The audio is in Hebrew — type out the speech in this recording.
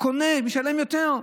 קונה ומשלם יותר.